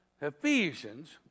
Ephesians